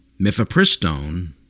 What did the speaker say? Mifepristone